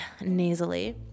nasally